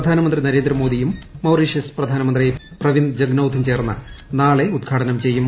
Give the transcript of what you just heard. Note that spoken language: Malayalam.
പ്രധാനമന്ത്രി നരേന്ദ്രമോദിയും മൌറീഷൃസ് പ്രധാനമന്ത്രി പ്രവിന്ദ് ജഗ്നൌത്തും ചേർന്ന് നാളെ ഉദ്ഘാടനം ചെയ്യും